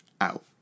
out